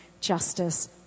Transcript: justice